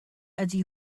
ydy